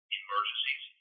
emergencies